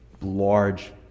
large